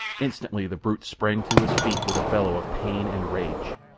instantly the brute sprang to his feet with a bellow of pain and rage,